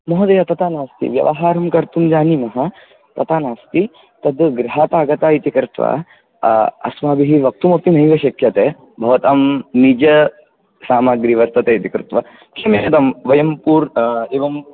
महोदय तथा नास्ति व्यवहारं कर्तुं जानीमः तथा नास्ति तद् गृहादागता इति कृत्वा अस्माभिः वक्तुमपि नैव श्क्यते भवतां निजसामग्रि वर्तते इति कृत्वा क्षम्यतां वयं एवं